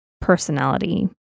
personality